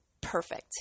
perfect